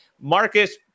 Marcus